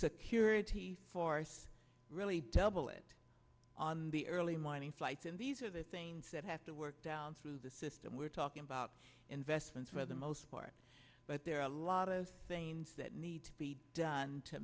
security force really double it on the early morning flights and these are the things that have to work down through the system we're talking about investments for the most part but there are a lot of pains that need to be done to